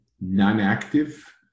non-active